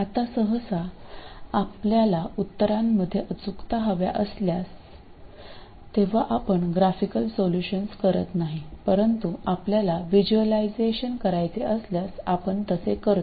आता सहसा आपल्याला उत्तरांमध्ये अचूकता हव्या असतात तेव्हा आपण ग्राफिकल सोल्यूशन्स करत नाही परंतु आपल्याला व्हिज्युअलायझेशन करायचे असल्यास आपण तसे करतो